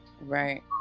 Right